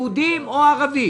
יהודים וערבים,